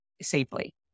safely